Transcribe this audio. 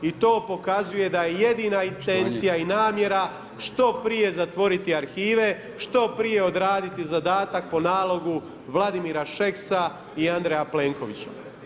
I to pokazuje da je jedina intencija i namjera što prije zatvoriti arhive, što prije odraditi zadatak po nalogu Vladimira Šeksa i Andreja Plenkovića.